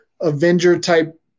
Avenger-type